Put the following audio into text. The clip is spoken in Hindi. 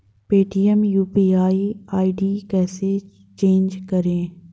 पेटीएम यू.पी.आई आई.डी कैसे चेंज करें?